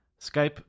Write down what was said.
Skype